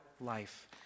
life